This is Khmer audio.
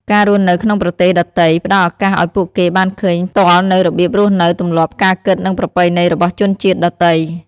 ការរស់នៅក្នុងប្រទេសដទៃ ផ្ដល់ឱកាសឱ្យពួកគេបានឃើញផ្ទាល់នូវរបៀបរស់នៅ ទម្លាប់ ការគិត និងប្រពៃណីរបស់ជនជាតិដទៃ។